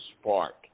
spark